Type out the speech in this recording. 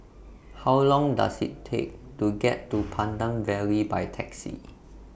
How Long Does IT Take to get to Pandan Valley By Taxi